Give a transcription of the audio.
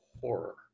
horror